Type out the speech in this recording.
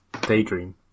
Daydream